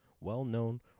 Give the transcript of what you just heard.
well-known